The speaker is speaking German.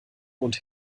und